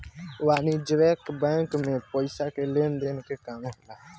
वाणिज्यक बैंक मे पइसा के लेन देन के काम होला